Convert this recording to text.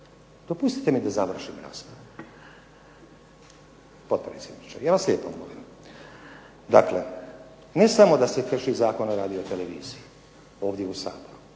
Dopustite mi da završim raspravu potpredsjedniče, ja vas lijepo molim. Dakle, ne samo da se krši Zakon o radioteleviziji ovdje u Saboru,